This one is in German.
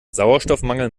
sauerstoffmangel